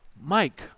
mike